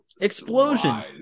explosion